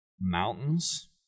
mountains